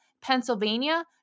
Pennsylvania